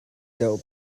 deuh